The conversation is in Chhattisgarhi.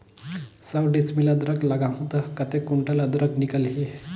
सौ डिसमिल अदरक लगाहूं ता कतेक कुंटल अदरक निकल ही?